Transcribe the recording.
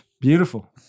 Beautiful